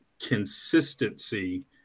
consistency